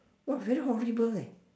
!wah! very horrible leh